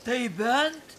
tai bent